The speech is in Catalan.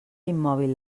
immòbil